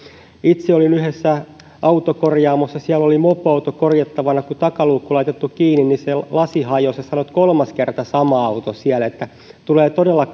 itse olin yhdessä autokorjaamossa siellä oli mopoauto korjattavana kun takaluukku oli laitettu kiinni niin se lasi oli hajonnut sanoivat että kolmas kerta sama auto siellä tulee todella